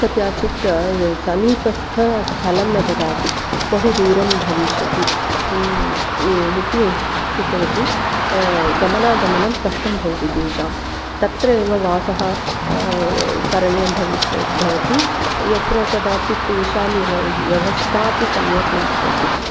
कदाचित् समीपस्थं स्थलं न ददाति बहु दूरं भविष्यति इ इति श्रुतवती गमनागमनं कष्टं भवति तेषां तत्रैव वासः करणीयं भविष्यति भवति यत्र कदाचित् तेषां व्य व्यवस्थापि सम्यक् न भवति